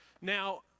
Now